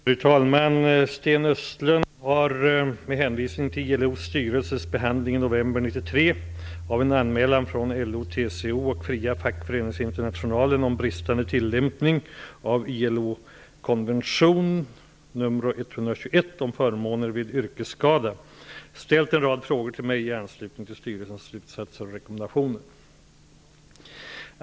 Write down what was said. Fru talman! Sten Östlund har med hänvisning till ILO:s styrelses behandling i november 1993 av en anmälan från LO, TCO och Fria fackföreningsinternationalen om bristande tillämpning av ILO:s konvention nr 121 om förmåner vid yrkesskada ställt en rad frågor till mig i anslutning till styrelsens slutsatser och rekommendationer.